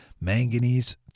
Manganese